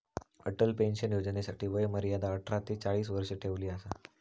Atal pension योजनेसाठी वय मर्यादा अठरा ते चाळीस वर्ष ठेवली असा